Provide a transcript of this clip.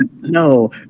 no